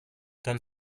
dann